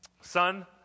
son